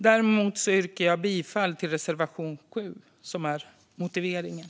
Däremot yrkar jag bifall till reservation 7 - motiveringen.